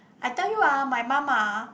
I tell you ah my mum ah